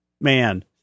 man